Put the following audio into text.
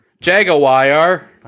Jaguar